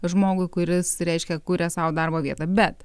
žmogui kuris reiškia kuria sau darbo vietą bet